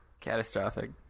catastrophic